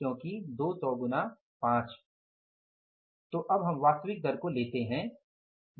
तो अब वास्तविक दर क्या है